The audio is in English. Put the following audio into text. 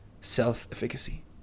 self-efficacy